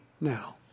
now